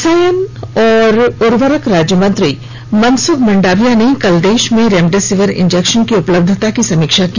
रसायन और उर्वरक राज्य मंत्री मनसुख मांडविया ने कल देश में रेमडेसिविर इंजेक्शन की उपलब्धंता की समीक्षा की